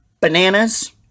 bananas